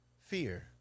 fear